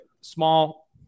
small